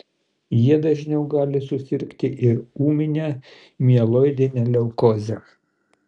jie dažniau gali susirgti ir ūmine mieloidine leukoze